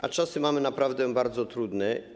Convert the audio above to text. A czasy mamy naprawdę bardzo trudne.